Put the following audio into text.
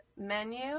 menu